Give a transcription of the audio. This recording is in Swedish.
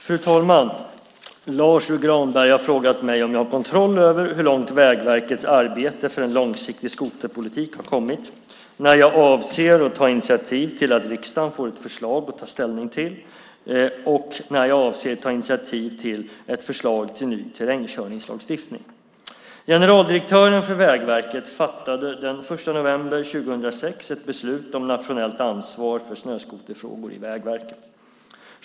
Fru talman! Lars U Granberg har frågat mig om jag har kontroll över hur långt Vägverkets arbete för en långsiktig skoterpolitik har kommit, när jag avser att ta initiativ till att riksdagen får ett förslag att ta ställning till och när jag avser att ta initiativ till ett förslag till ny terrängkörningslagstiftning. Generaldirektören för Vägverket fattade den 1 november 2006 ett beslut om nationellt ansvar för snöskoterfrågor i Vägverket.